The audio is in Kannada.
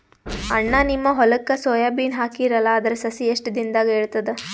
ಅಣ್ಣಾ, ನಿಮ್ಮ ಹೊಲಕ್ಕ ಸೋಯ ಬೀನ ಹಾಕೀರಲಾ, ಅದರ ಸಸಿ ಎಷ್ಟ ದಿಂದಾಗ ಏಳತದ?